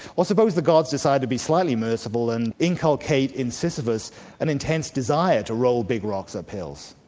well suppose the gods decided to be slightly merciful and inculcate in sisyphus an intense desire to roll big rocks up hills.